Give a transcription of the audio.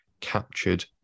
captured